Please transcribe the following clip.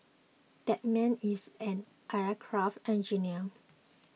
that man is an aircraft engineer